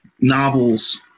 novels